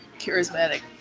charismatic